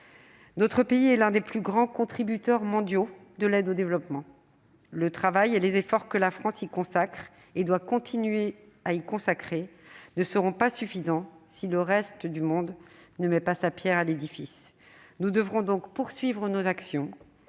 Notre pays est l'un des plus grands contributeurs mondiaux de l'aide au développement. Le travail et les efforts que la France y consacre et doit continuer à y consacrer ne seront pas suffisants, si le reste du monde n'ajoute pas sa pierre à l'édifice. Nous devrons donc poursuivre nos actions